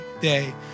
day